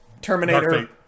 Terminator